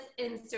Instagram